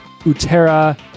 Utera